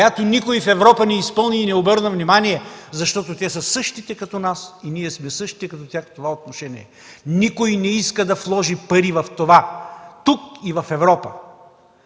която никой от Европа не изпълни и не обърна внимание, защото те са същите като нас и ние сме същите като тях в това отношение. Никой не иска да вложи пари в това тук и в Европа.